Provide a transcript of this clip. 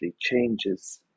changes